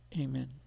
amen